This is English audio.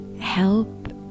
help